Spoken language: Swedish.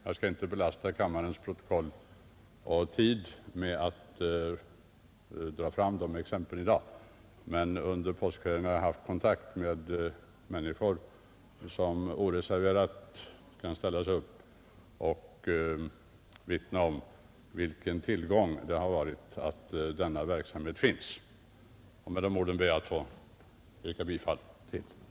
Jag skall inte belasta kammarens protokoll och tid med att dra fram de exemplen i dag, men under påskferien har jag haft kontakt med människor som oreserverat kan ställa sig upp och vittna om vilken tillgång det har varit att denna verksamhet finns. Med de orden ber jag att få yrka bifall till reservationen 13.